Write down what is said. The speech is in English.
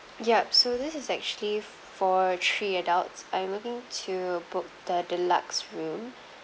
yup so this is actually for three adults I'm looking to book the deluxe room